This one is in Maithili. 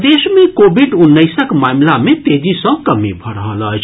प्रदेश मे कोविड उन्नैसक मामिला मे तेजी सँ कमी भऽ रहल अछि